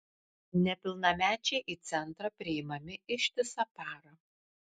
nepilnamečiai į centrą priimami ištisą parą